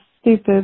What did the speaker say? stupid